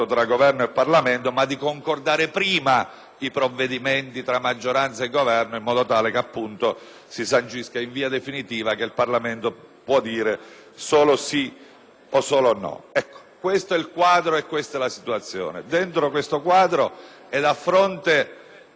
i provvedimenti tra maggioranza e Governo in modo tale che, appunto, si sancisca in via definitiva che il Parlamento può dire solo sì o solo no. Ecco, questo è il quadro, questa è la situazione. All'interno di tale quadro e a fronte di una manovra complessivamente intesa,